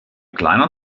kleiner